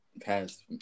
past